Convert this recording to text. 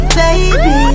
baby